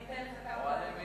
אני אתן לך כמה אוהלים.